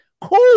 cool